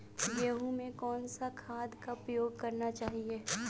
गेहूँ में कौन सा खाद का उपयोग करना चाहिए?